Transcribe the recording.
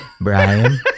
Brian